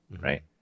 right